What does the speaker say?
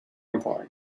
important